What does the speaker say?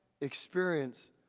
experience